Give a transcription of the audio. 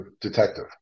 detective